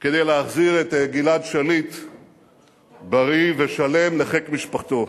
כדי להחזיר את גלעד שליט בריא ושלם לחיק משפחתו,